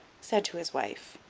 said to his wife,